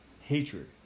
hatred